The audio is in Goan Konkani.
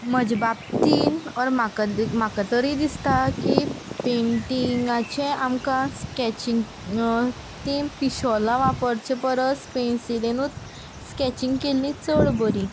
म्हज बाबतींत ऑर म्हाका दे म्हाका तरी दिसता की पेंटिंगाचें आमकां स्कॅचींग तीं पिशॉलां वापरचे परस पेंसिलेनूत स्कॅचींग केल्लीं चड बरीं